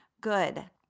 good